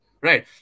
Right